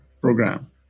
program